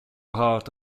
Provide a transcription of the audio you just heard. part